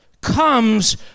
comes